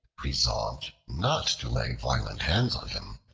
resolved not to lay violent hands on him,